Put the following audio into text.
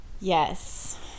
Yes